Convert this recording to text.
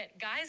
Guys